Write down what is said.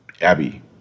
Abby